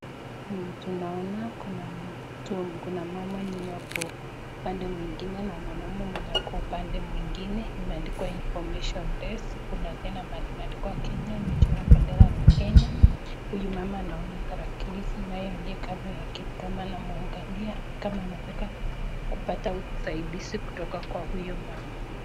Ni tunaona kuna mtu, kuna mama mwenye ako upande mwingine na mwanamume mwenye ako upande mwingine. Imeandikwa information desk . Kuna tena mahali mahali pameandikwa Kenya, imechorwa bendera la Kenya. Huyu mama anaona tarakilishi naye aliye kando yake ni kama anamuangalia kama anataka kupata usaidizi kutoka kwa huyo mama.